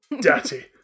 daddy